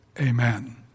Amen